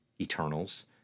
Eternals